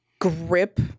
grip